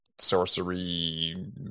Sorcery